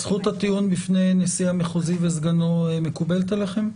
זכות הטיעון בפני נשיא המחוזי וסגנו מקובלת עליכם?